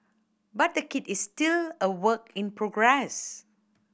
but the kit is still a work in progress